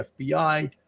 FBI